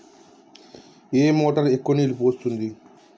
ఏ motor ఎక్కువ నీళ్లు పోస్తుంది?